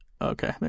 Okay